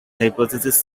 hypothesis